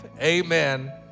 amen